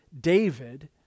David